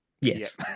Yes